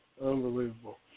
unbelievable